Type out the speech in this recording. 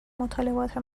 مطالبات